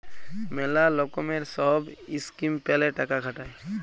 ম্যালা লকমের সহব ইসকিম প্যালে টাকা খাটায়